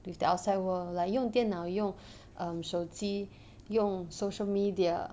with the outside world like 用电脑用手机用 social media